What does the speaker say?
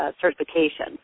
certification